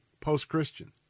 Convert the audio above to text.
Post-Christian